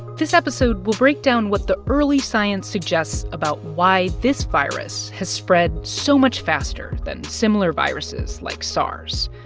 this episode will break down what the early science suggests about why this virus has spread so much faster than similar viruses like sars,